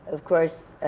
of course,